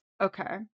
Okay